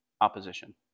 opposition